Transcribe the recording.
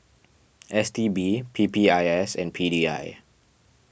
S T B P P I S and P D I